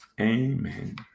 Amen